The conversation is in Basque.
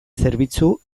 zerbitzu